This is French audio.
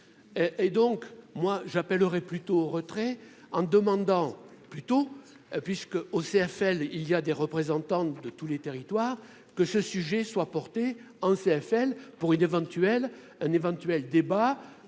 et donc moi j'appellerai plutôt au retrait en demandant plutôt puisque au CFL il y a des représentants de tous les territoires que ce sujet soit porté en CFL pour une éventuelle,